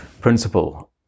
principle